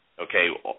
Okay